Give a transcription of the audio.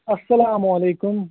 اَسلامُ علیکُم